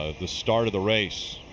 ah the start of the race